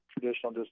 traditional